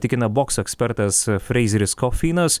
tikina bokso ekspertas freizeris kofeinas